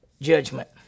judgment